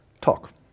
talk